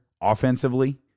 offensively